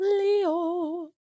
Leo